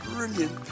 Brilliant